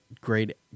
great